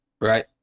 right